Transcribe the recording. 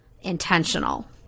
intentional